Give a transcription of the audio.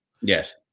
Yes